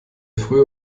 frühe